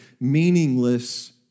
meaningless